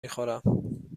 میخورم